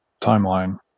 timeline